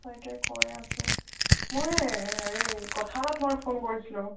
তাকে কৰি আছোঁ মই এই হেৰি কথা এটাত মই ফোন কৰিছিলোঁ